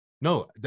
No